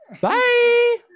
Bye